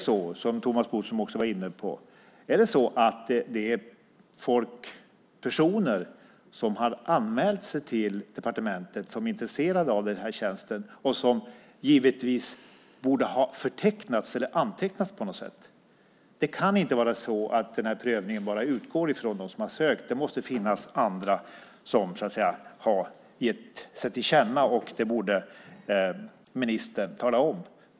Som Thomas Bodström var inne på borde de personer som har anmält sig till departementet som intresserade av den här tjänsten givetvis ha antecknats på något sätt. Det kan inte vara så att den här prövningen utgår från bara dem som har sökt. Det måste finnas andra som har gett sig till känna, och det borde ministern tala om.